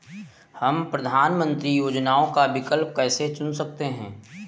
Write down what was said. हम प्रधानमंत्री योजनाओं का विकल्प कैसे चुन सकते हैं?